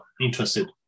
interested